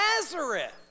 Nazareth